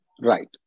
Right